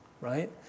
Right